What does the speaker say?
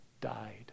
died